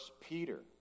Peter